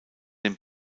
den